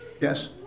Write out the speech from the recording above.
Yes